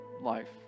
life